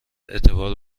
اعتبار